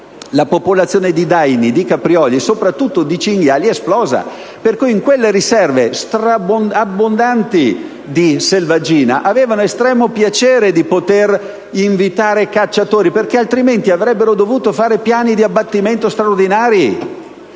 la popolazione di daini, di caprioli e soprattutto di cinghiali è esplosa. Pertanto quelle riserve, traboccanti di selvaggina, avevano estremo piacere di poter invitare i cacciatori, altrimenti avrebbero dovuto prevedere piani di abbattimento straordinari.